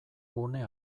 gune